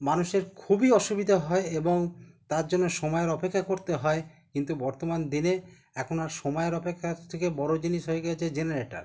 মানুষের খুবই অসুবিধে হয় এবং তার জন্য সময়ের অপেক্ষা করতে হয় কিন্তু বর্তমান দিনে এখন আর সময়ের অপেক্ষার থেকে বড়ো জিনিস হয়ে গেছে জেনারেটার